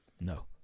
No